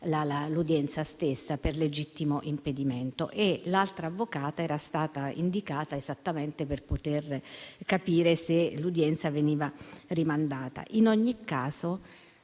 rimandata per legittimo impedimento. L'altra avvocata era stata indicata proprio per poter capire se l'udienza veniva rimandata. In ogni caso,